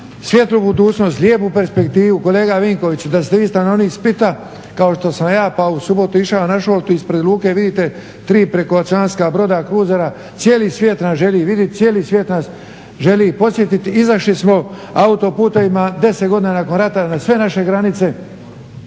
svjetlu budućnost, lijepu perspektivu. Kolega Vinkoviću da ste vi stanovnik Splita kao što sam ja, pa u subotu išao na Šoltu ispred luke vidite 3 prekooceanska broda, kruzera, cijeli svijet nas želi vidjeti, cijeli svijet nas želi posjetit. Izašli smo autoputovima 10 godina nakon rata na sve naše granice,